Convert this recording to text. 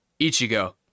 Ichigo